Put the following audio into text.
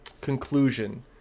conclusion